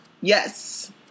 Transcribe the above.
yes